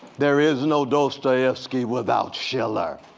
there is no dostoevsky without schiller.